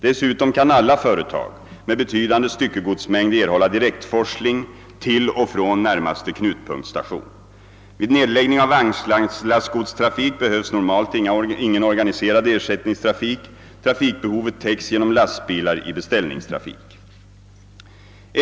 Dessutom kan alla företag med betydande styckegodsmängd erhålla direktforsling till och från närmaste knutpunktsstation.